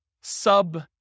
sub